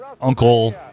Uncle